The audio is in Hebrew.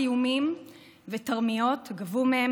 כמה חברות ותחת איומים ותרמיות גבו מהם